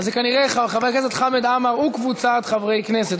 זה כנראה חבר הכנסת חמד עמאר וקבוצת חברי הכנסת.